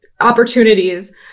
opportunities